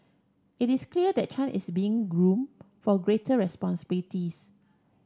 it is clear that Chan is being groom for greater responsibilities